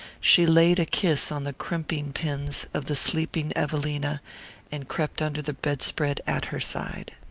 she laid a kiss on the crimping pins of the sleeping evelina and crept under the bedspread at her side.